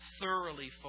thoroughly